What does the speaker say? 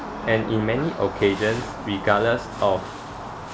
and in many occasions regardless of